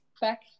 back